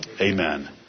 Amen